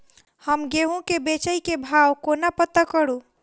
हम गेंहूँ केँ बेचै केँ भाव कोना पत्ता करू?